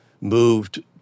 moved